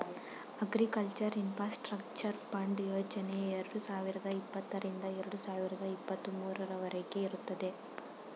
agriculture ಇನ್ಫಾಸ್ಟ್ರಕ್ಚರೆ fund ಯೋಜನೆ ಎರಡು ಸಾವಿರದ ಇಪ್ಪತ್ತರಿಂದ ಎರಡು ಸಾವಿರದ ಇಪ್ಪತ್ತ ಮೂರವರಗೆ ಇರುತ್ತದೆ